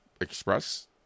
Express